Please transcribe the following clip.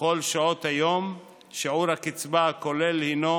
ובכל שעות היום שיעור הקצבה הכולל הינו